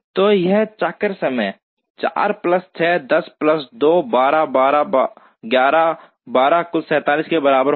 तो यहाँ चक्र समय 4 प्लस 6 10 प्लस 2 12 12 11 12 कुल 47 के बराबर होगा